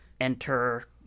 enter